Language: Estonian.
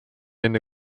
enne